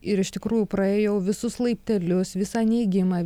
ir iš tikrųjų praėjau visus laiptelius visą neigimą